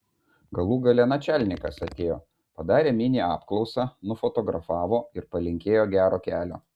galų gale načialnikas atėjo padarė mini apklausą nufotografavo ir palinkėjo gero kelio